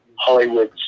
Hollywood